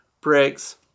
bricks